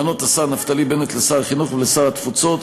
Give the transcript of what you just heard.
למנות את השר נפתלי בנט לשר החינוך ולשר התפוצות